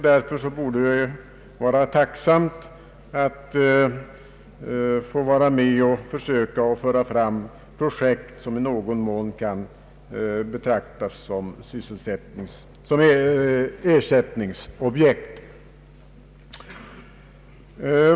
Därför borde vi vara tacksamma att få vara med och föra fram projekt som i någon mån kan betraktas som ersättningsobjekt.